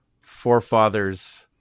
forefathers